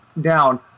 down